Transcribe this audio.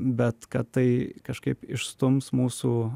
bet kad tai kažkaip išstums mūsų